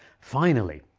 finally,